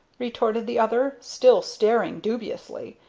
retorted the other, still staring dubiously.